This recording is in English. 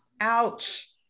Ouch